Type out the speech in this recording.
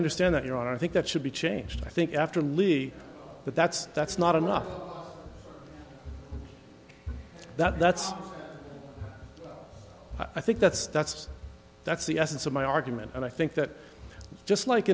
understand that your honor i think that should be changed i think after louis but that's that's not enough that that's i think that's that's that's the essence of my argument and i think that just like